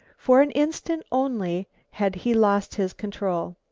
for an instant only had he lost his control.